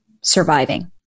surviving